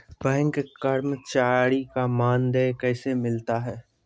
Bank कर्मचारी का मानदेय कैसे मिलता हैं?